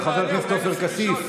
חבר הכנסת עופר כסיף,